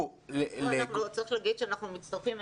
צריך לומר שאנחנו מצטרפים.